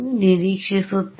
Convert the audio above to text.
ನಿರೀಕ್ಷಿಸುತ್ತೇವೆ